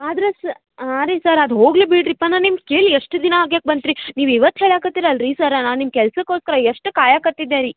ಆದ್ರೆ ಸ ಹಾಂ ರೀ ಸರ್ ಅದು ಹೋಗಲಿ ಬಿಡಿರಿಪ್ಪ ನಾನು ನಿಮ್ಮ ಕೇಳಿ ಎಷ್ಟು ದಿನ ಆಗ್ಯಾಕ ಬಂತು ರೀ ನೀವು ಇವತ್ತು ಹೇಳಾಕತ್ತಿರಲ್ಲ ರೀ ಸರ ನಾನು ನಿಮ್ಮ ಕೆಲಸಕ್ಕೋಸ್ಕರ ಎಷ್ಟು ಕಾಯಕತ್ತಿದ್ದೆ ರಿ